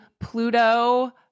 Pluto